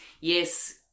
yes